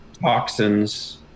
toxins